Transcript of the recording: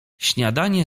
śniadanie